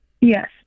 Yes